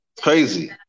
crazy